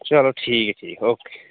चलो ठीक ओके